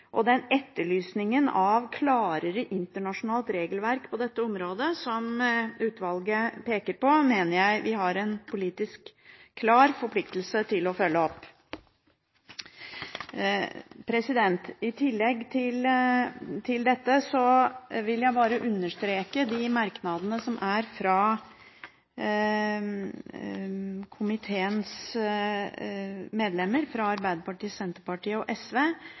og etterlysningen av et klarere internasjonalt regelverk på dette området, som utvalget peker på, mener jeg vi har en klar politisk forpliktelse til å følge opp. I tillegg vil jeg understreke merknadene fra komiteens medlemmer fra Arbeiderpartiet, Senterpartiet og SV